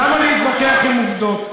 למה להתווכח עם עובדות?